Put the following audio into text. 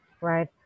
right